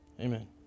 Amen